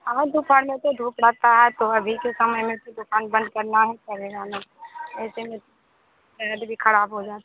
और दोपहर में तो धूप रहती है तो अभी के समय में दुक़ान बन्द करनी ही पड़ेगी ना ऐसे में सेहत भी खराब हो जाती है